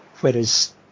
Whereas